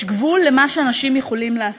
יש גבול למה שאנשים יכולים לעשות.